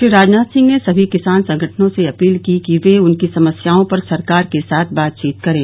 श्री राजनाथ सिंह ने सभी किसान संगठनों से अपील की कि वे उनकी समस्याओं पर सरकार के साथ बातचीत करें